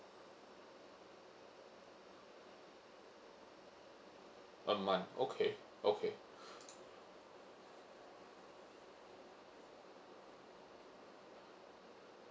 a month okay okay